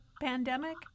pandemic